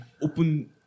open